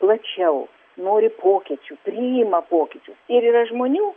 plačiau nori pokyčių priima pokyčius ir yra žmonių